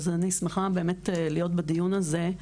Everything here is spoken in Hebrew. אני שמחה להיות בדיון הזה.